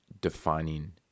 defining